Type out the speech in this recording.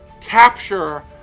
capture